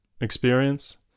experience